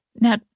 Now